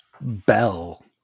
bell